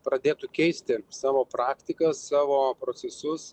pradėtų keisti savo praktiką savo procesus